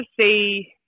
see